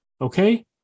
okay